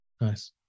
Nice